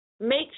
make